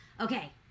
okay